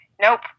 Nope